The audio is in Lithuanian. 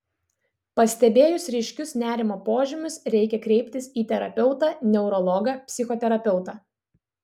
pastebėjus ryškius nerimo požymius reikia kreiptis į terapeutą neurologą psichoterapeutą